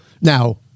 Now